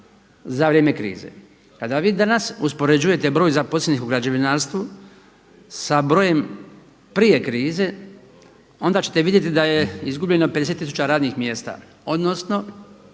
za vrijeme krize. Kada vi danas uspoređujete broj zaposlenih u građevinarstvu sa brojem prije krize, onda ćete vidjeti da je izgubljeno 50 tisuća radnih mjesta odnosno